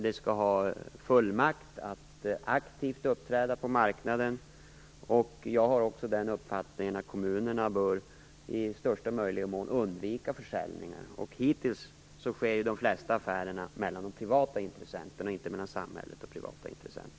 Det skall ha fullmakt att uppträda aktivt på marknaden. Jag har också den uppfattningen att kommunerna i största möjliga mån bör undvika försäljningar. Hittills sker de flesta affärerna mellan de privata intressenterna och inte mellan samhället och privata intressenter.